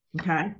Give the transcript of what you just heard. okay